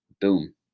Boom